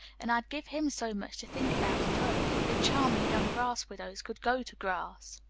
and i'd give him so much to think about at home, that charming young grass widows could go to grass!